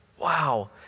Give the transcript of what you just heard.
Wow